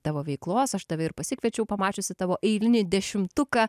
tavo veiklos aš tave ir pasikviečiau pamačiusi tavo eilinį dešimtuką